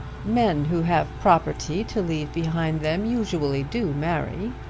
men who have property to leave behind them usually do marry,